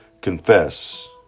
confess